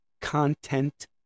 content